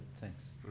Thanks